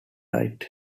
right